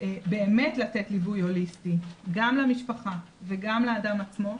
באמת לתת ליווי הוליסטי, גם למשפחה וגם לאדם עצמו.